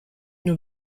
nur